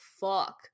fuck